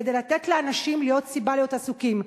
כדי לתת לאנשים סיבה להיות עסוקים.